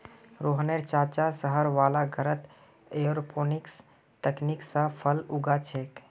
रोहनेर चाचा शहर वाला घरत एयरोपोनिक्स तकनीक स फल उगा छेक